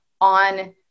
on